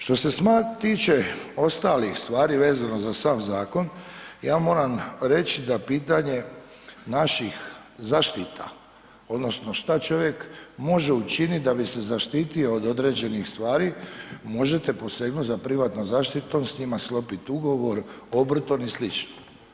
Što se tiče ostalih stvari vezano za sav zakon, ja moram reći da pitanje naših zaštita, odnosno šta čovjek može učiniti da bi se zaštitio od određenih stvari možete posegnuti za privatnom zaštitom, s njima sklopiti ugovor, obrtom i slično.